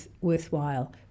worthwhile